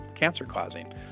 cancer-causing